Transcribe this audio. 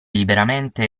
liberamente